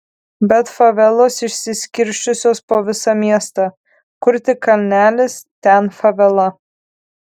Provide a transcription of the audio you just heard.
bet favelos išsiskirsčiusios po visą miestą kur tik kalnelis ten favela